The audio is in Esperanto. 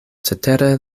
cetere